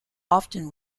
often